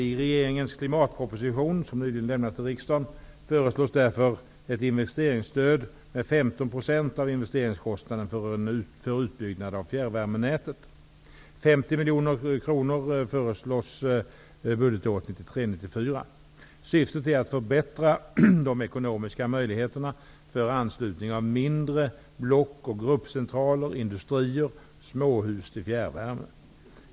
I regeringens klimatproposition, som nyligen lämnades till riksdagen, föreslås därför ett investeringsstöd med 15 % av investeringskostnaden för utbyggnad av fjärrvärmenätet. 50 miljoner kronor föreslås budgetåret 1993/94. Syftet är att förbättra de ekonomiska möjligheterna för anslutning av mindre block och gruppcentraler, industrier samt småhus till fjärrvärme.